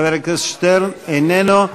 חבר הכנסת שטרן, איננו.